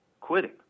quitting